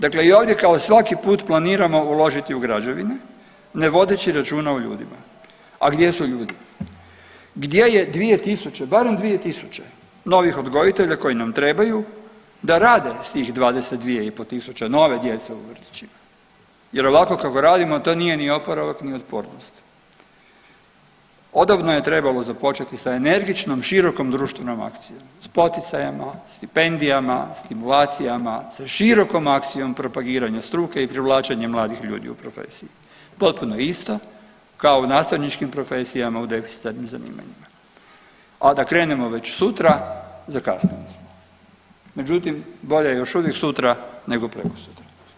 Dakle i ovdje kao svaki put planiramo uložiti u građevine ne vodeći računa o ljudima, a gdje su ljudi, gdje je 2 tisuće, barem 2 tisuće novih odgojitelja koji nam trebaju da rade s tih 22,5 tisuće nove djece u vrtićima jer ovako kako radimo to nije ni oporavak ni otpornost, odavno je trebalo započeti sa energičnom širokom društvenom akcijom, s poticajima, stipendijama, stimulacijama, sa širokom akcijom propagiranja struke i privlačenje mladih ljudi u profesiji, potpuno je isto kao i u nastavničkim profesijama u deficitarnim zanimanjima, a da krenemo već sutra zakasnili smo, međutim bolje je još uvijek sutra nego prekosutra.